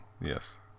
Yes